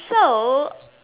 so